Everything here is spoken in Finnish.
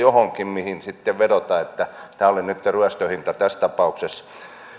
jokin mihin vedota että tämä oli nytten ryöstöhinta tässä tapauksessa